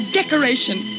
decoration